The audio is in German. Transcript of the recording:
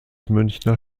münchner